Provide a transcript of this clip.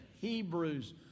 Hebrews